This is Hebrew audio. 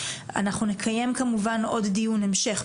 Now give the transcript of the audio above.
אנחנו נקיים כמובן עוד דיון המשך.